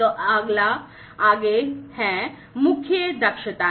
तो अगला आगे है मुख्य दक्षताऐ